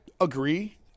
agree